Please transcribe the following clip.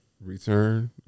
Return